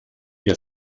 ihr